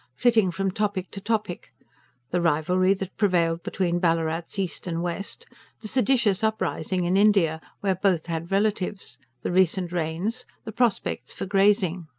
flitting from topic to topic the rivalry that prevailed between ballarats east and west the seditious uprising in india, where both had relatives the recent rains, the prospects for grazing.